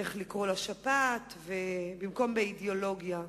איך לקרוא לשפעת, במקום באידיאולוגיה.